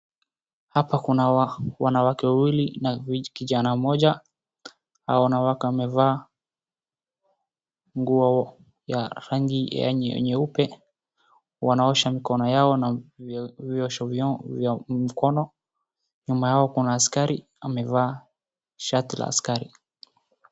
Hapa kuna wanawake wawili na kijana mmoja, hawa wanawake wamevaa nguo ya rangi nyeupe, wanaosha mikono yao na viosho vya mkono, nyuma yao kuna askari amevaa shati la askari.